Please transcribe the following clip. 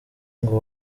ngo